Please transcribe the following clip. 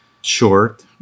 short